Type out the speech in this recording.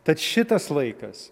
tad šitas laikas